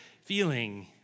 feeling